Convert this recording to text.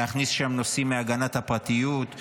להכניס שם נושאים מהגנת הפרטיות,